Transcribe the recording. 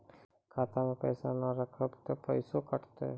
खाता मे पैसा ने रखब ते पैसों कटते?